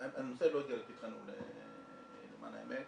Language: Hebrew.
הנושא לא הגיע לפתחנו, למען האמת.